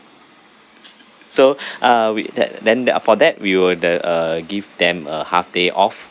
so uh we that then the uh for that we will the uh give them a half day off